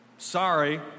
Sorry